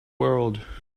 world